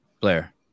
blair